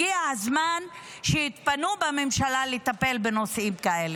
הגיע הזמן שיתפנו בממשלה לטפל בנושאים כאלה.